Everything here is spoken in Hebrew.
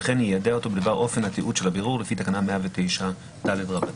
וכן יידע אותו בדבר אופן התיעוד של הבירור לפי תקנה 109ד רבתי."